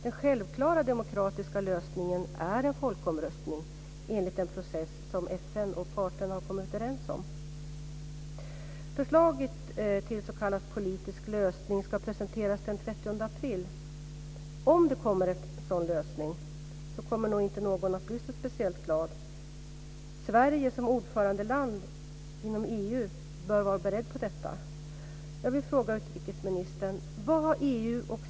Den självklara demokratiska lösningen är en folkomröstning enligt den process som FN och parterna har kommit överens om. Förslaget till s.k. politisk lösning ska presenteras den 30 april. Om det kommer en sådan lösning kommer nog inte någon att bli speciellt glad. Sverige som ordförandeland inom EU bör vara berett på detta.